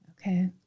Okay